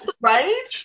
Right